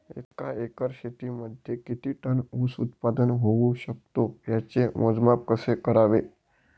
एका एकर शेतीमध्ये किती टन ऊस उत्पादन होऊ शकतो? त्याचे मोजमाप कसे करावे?